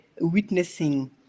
witnessing